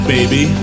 baby